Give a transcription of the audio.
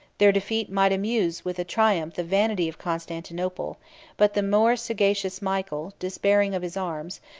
their defeat might amuse with a triumph the vanity of constantinople but the more sagacious michael, despairing of his arms,